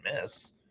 miss